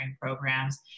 programs